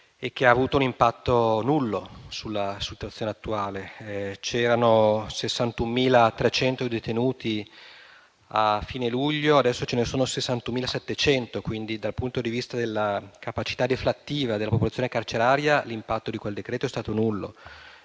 e ha avuto un impatto nullo sulla situazione attuale: erano 61.300 i detenuti a fine luglio e adesso ne sono 61.700; quindi, dal punto di vista della capacità deflattiva della popolazione carceraria, l'impatto di quel decreto è stato nullo.